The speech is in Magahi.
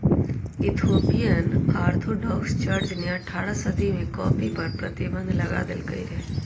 इथोपियन ऑर्थोडॉक्स चर्च ने अठारह सदी में कॉफ़ी पर प्रतिबन्ध लगा देलकइ रहै